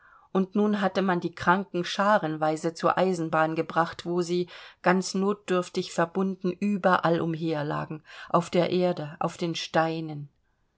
und nun hatte man die kranken scharenweise zur eisenbahn gebracht wo sie ganz notdürftig verbunden überall umherlagen auf der erde auf den steinen